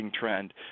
trend